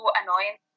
annoying